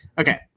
Okay